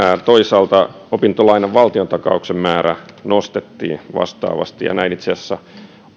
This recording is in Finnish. toisaalta opintolainan valtiontakauksen määrää nostettiin vastaavasti ja näin itse asiassa